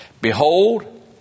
Behold